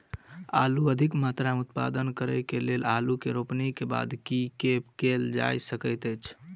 आलु अधिक मात्रा मे उत्पादन करऽ केँ लेल आलु केँ रोपनी केँ बाद की केँ कैल जाय सकैत अछि?